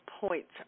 points